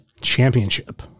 Championship